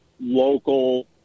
local